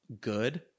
good